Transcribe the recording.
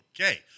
Okay